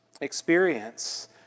experience